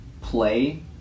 play